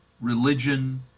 religion